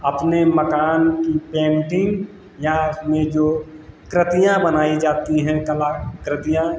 अपने मकान की पेंटिंग या उसमें जो कृतियाँ बनाई जाती हैं कलाकृतियाँ